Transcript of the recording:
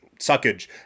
suckage